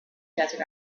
desert